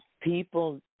People